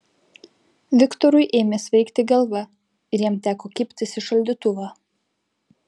viktorui ėmė svaigti galva ir jam teko kibtis į šaldytuvą